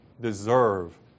deserve